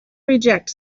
reject